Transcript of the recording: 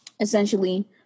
essentially